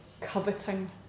coveting